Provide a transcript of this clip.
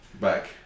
back